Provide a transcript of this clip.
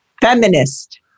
Feminist